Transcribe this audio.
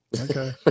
Okay